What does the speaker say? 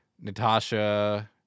Natasha